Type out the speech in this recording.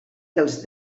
dels